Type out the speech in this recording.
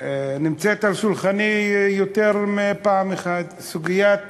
על שולחני יותר מפעם אחת, סוגיית